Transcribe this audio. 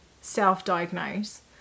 self-diagnose